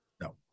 no